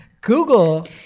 Google